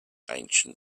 ancient